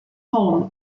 home